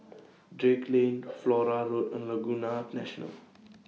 Drake Lane Flora Road and Laguna National